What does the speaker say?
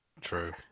True